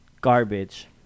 Garbage